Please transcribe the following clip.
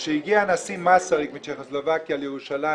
כשהגיע נשיא מצ'כוסלובקיה לירושלים,